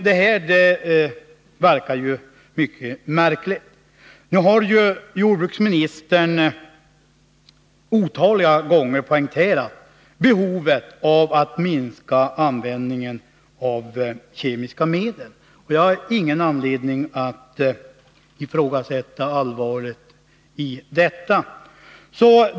Detta verkar ju mycket märkligt. Jordbruksministern har otaliga gånger poängterat behovet av att minska användningen av kemiska medel, och jag har ingen anledning att ifrågasätta allvaret i detta.